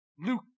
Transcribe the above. Luke